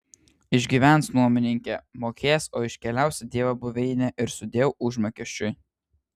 išgyvens nuomininkė mokės o iškeliaus į dievo buveinę ir sudieu užmokesčiui